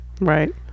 Right